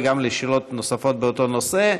וגם על שאלות נוספות באותו נושא.